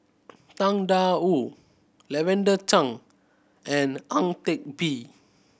Tang Da Wu Lavender Chang and Ang Teck Bee